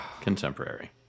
Contemporary